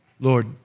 Lord